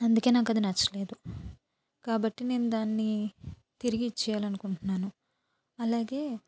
అందుకే నాకు అది నచ్చలేదు కాబట్టి నేను దానిని తిరిగి ఇచ్చేయాలి అనుకుంటున్నాను అలాగే